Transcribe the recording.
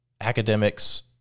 academics